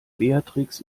beatrix